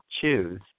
choose